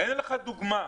הא לך דוגמה,